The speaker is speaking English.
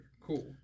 Cool